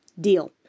Deal